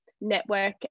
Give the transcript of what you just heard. network